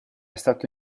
stato